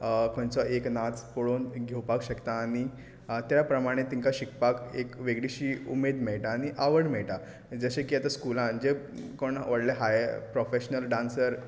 खंयचोय एक नाच पळोवन घेवपाक शकता आनी ते प्रमाणे तांकां शिकपाक एक वेगळीशी उमेद मेळटा आनी आवड मेळटा जशे की आतां स्कुलान जे कोण व्हडले हाय प्रोफेशनल डान्सर्स